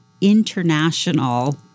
international